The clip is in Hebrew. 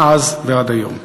מאז ועד היום.